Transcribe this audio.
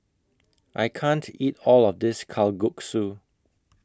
I can't eat All of This Kalguksu